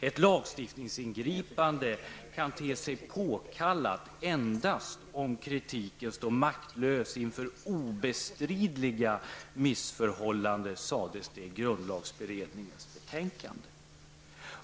Ett lagstiftningsingripande kan te sig påkallat endast om kritiken står maktlös inför obestridliga missförhållanden, skrevs det i grundlagberedningens betänkande.